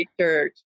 church